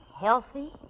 healthy